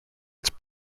its